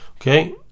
Okay